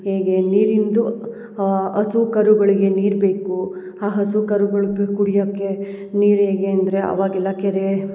ಹೇಗೆ ನೀರಿಂದು ಹಸು ಕರುಗಳಿಗೆ ನೀರು ಬೇಕು ಆ ಹಸು ಕರುಗುಳ್ಗೆ ಕುಡಿಯೋಕೆ ನೀರು ಹೇಗೆ ಅಂದರೆ ಅವಾಗೆಲ್ಲ ಕೆರೆ